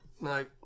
No